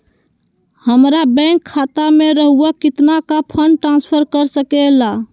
हमरा बैंक खाता से रहुआ कितना का फंड ट्रांसफर कर सके ला?